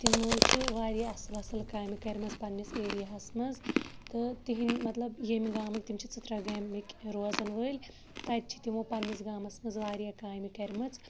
تِمو چھِ واریاہ اَصٕل اَصٕل کامہِ کَرِمٕژ پَننِس ایٚریا ہَس مَنٛز تہٕ تِہِنٛد مَطلَب ییٚمہِ گامٕکۍ تِم چھِ ژٕتراگامِک روزَن وٲلۍ تَتہِ چھِ تِمو پَننِس گامَس مَنٛز واریاہ کامہِ کَرمٕژ